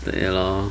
ya lor